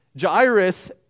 Jairus